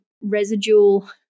residual